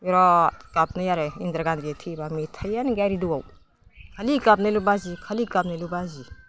बेराद गाबनाय आरो इन्दिरा गान्धि थैबा मेथाइयानो गैया रेदिय'आव खालि गाबनायल' बाजियो खालि गाबनायल' बाजियो